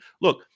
Look